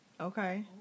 Okay